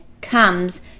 comes